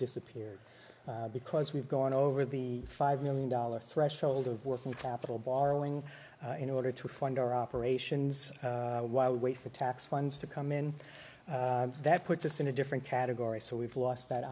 disappeared because we've gone over the five million dollars threshold of working capital borrowing in order to fund our operations while we wait for tax funds to come in that puts us in a different category so we've lost that